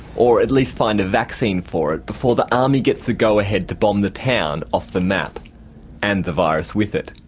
or at least find a vaccine for it, before the army gets the go ahead to bomb the town off the map and the virus with it.